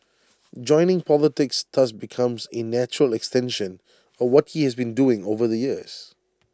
joining politics thus becomes A natural extension of what he has been doing over the years